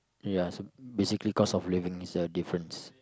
ya so basically cost of living is a difference